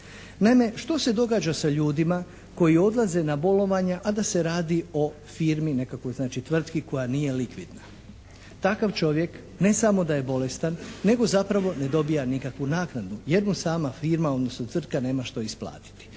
Naime, što se događa sa ljudima koji odlaze na bolovanja, a da se radi o firmi nekakvoj znači tvrtki koja nije likvidna. Takav čovjek ne samo da je bolestan nego zapravo ne dobija nikakvu naknadu, jer mu sama firma odnosno tvrtka nema što isplatiti.